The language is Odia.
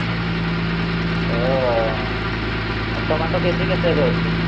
ଆଚ୍ଛା ତ ଟମାଟୋ କେ ଜି କେତେ ଏବେ ଅଛି